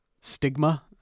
stigma